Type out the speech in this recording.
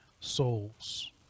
souls